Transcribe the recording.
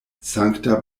sankta